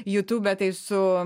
youtube tai su